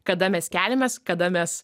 kada mes keliamės kada mes